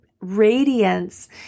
radiance